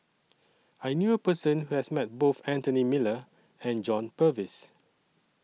I knew A Person Who has Met Both Anthony Miller and John Purvis